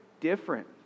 different